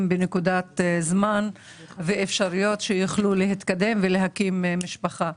בנקודת זמן ואפשרויות כך שיוכלו להתקדם ולהקים משפחה.